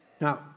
Now